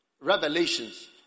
Revelations